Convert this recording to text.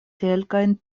kelkajn